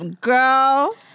Girl